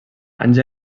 anys